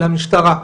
למשטרה,